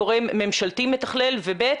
גורם ממשלתי מתכלל ו-ב',